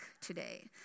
today